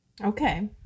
Okay